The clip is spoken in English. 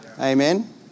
Amen